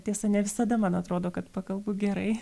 tiesa ne visada man atrodo kad pakalbu gerai